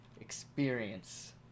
experience